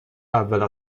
اول